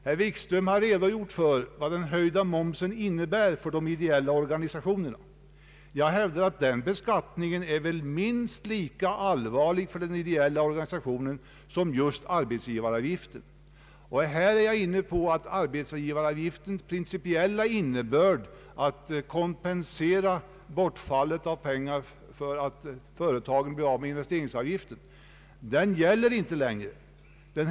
Herr Wikström har redogjort för vad den höjda momsen innebär för de ideella organisationerna. Jag hävdar att denna beskattning väl är minst lika allvarlig för den ideella organisationen som just arbetsgivaravgiften. Jag är här inne på att arbetsgivaravgiftens principiella innebörd att kompensera bortfallet av pengar för att investeringsavgiften skall slopas inte längre gäller.